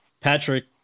Patrick